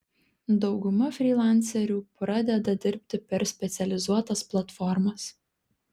dauguma frylancerių pradeda dirbti per specializuotas platformas